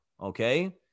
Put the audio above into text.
Okay